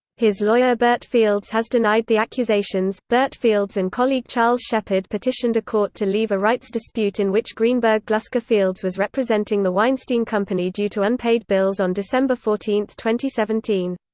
his lawyer bert fields has denied the accusations bert fields and colleague charles shephard petitioned a court to leave a rights dispute in which greenberg glusker fields was representing the weinstein company due to unpaid bills on december fourteen, two seventeen.